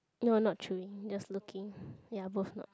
no not true just looking ya both not